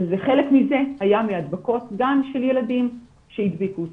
וחלק מזה היה מהדבקות גם של ילדים שהדביקו אותם.